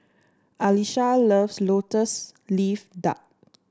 Alisha loves lotus leaf duck